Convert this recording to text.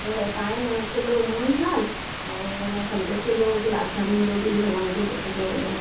त तव्हांजे इन किलो मुअण थाल ऐं अने सम्झो किलो गुलाब जामुन जो बि माना मुंहिंजो लिखिजो ऑडर